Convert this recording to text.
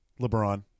LeBron